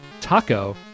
Taco